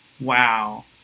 Wow